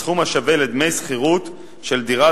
בסכום השווה לדמי שכירות של דירה